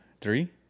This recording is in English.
three